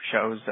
shows